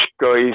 guys